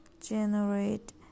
generate